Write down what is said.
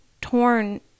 torn